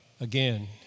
again